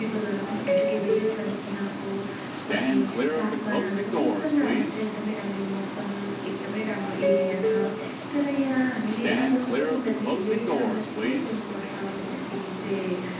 पिपलहरू पनि एजुकेटेड छन् यहाँको अनि तापमानहरू पनि एकदम राम्रो छ एकदमै राम्रो मौसम एकदमै राम्रो एरिया छ तर यहाँ हामीले अब सबैभन्दा धेरै सामना चाहिँ के गर्नुपर्छ भन्दाखेरि चाहिँ